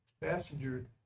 passenger